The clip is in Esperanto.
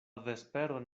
vesperon